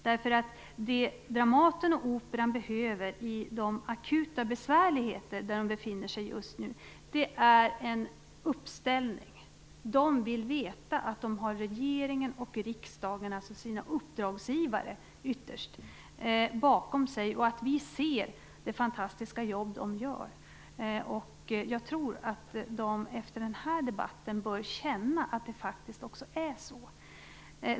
Det Dramaten och Operan behöver i de akuta besvärligheter som de befinner sig i just nu är en uppställning. De vill veta att de har regeringen och riksdagen, ytterst sina uppdragsgivare, bakom sig och att vi ser det fantastiska jobb de gör. Jag tror att de efter den här debatten bör känna att det faktiskt också är så.